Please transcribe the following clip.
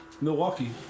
Milwaukee